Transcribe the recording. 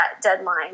deadline